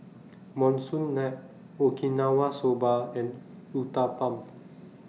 Monsunabe Okinawa Soba and Uthapam